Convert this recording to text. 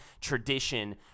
tradition